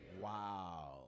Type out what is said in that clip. Wow